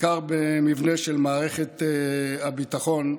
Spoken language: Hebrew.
בעיקר במבנה של מערכת הביטחון,